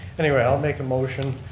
anyway i'll make a motion.